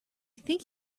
think